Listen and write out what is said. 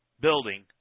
building